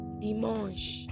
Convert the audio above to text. Dimanche